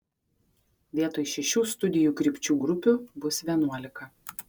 vietoj šešių studijų krypčių grupių bus vienuolika